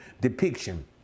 depiction